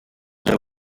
doe